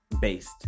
based